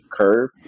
curve